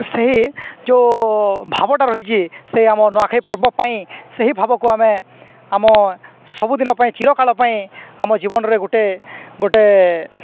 ସେହି ଯେଉଁ ଭାବଟା ରହିଛି ସେ ଆମ ନୂଆଖାଇ ପର୍ବ ପାଇଁ ସେହି ଭାବକୁ ଆମେ ଆମ ସବୁଦିନ ପାଇଁ ଚୀରକାଳ ପାଇଁ ଆମ ଜୀବନରେ ଗୋଟେ ଗୋଟେ